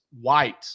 white